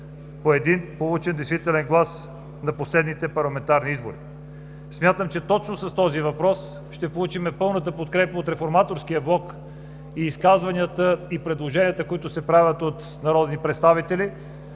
по един получен действителен глас на последните парламентарни избори. Смятам, че точно с този въпрос ще получим пълната подкрепя от Реформаторския блок и изказванията и предложенията, които се правят от народни представители.